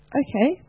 okay